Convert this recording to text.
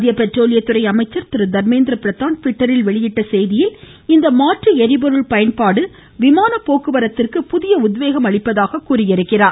மத்திய பெட்ரோலியத்துறை அமைச்சர் திரு தர்மேந்திர பிரதான் ட்விட்டரில் வெளியிட்டுள்ள செய்தியில் இந்த மாற்று எரிபொருள் பயன்பாடு விமான போக்குவரத்திற்கு புதிய உத்வேகம் அளிப்பதாக கூறியுள்ளார்